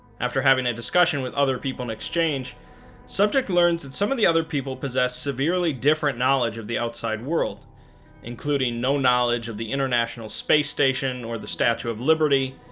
after having a discussion with other people in exchange subject learns that some of the other people possess severely different knowledge of the outside world including no knowledge of the international space station, or the statue of liberty,